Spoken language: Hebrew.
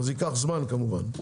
ייקח זמן כמובן.